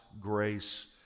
grace